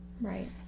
right